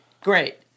great